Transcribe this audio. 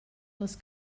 les